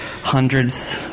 hundreds